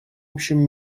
общем